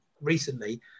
recently